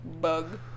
Bug